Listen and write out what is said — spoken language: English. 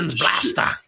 Blaster